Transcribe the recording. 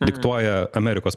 diktuoja amerikos